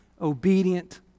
obedient